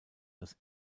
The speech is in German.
als